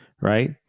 right